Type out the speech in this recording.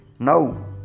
Now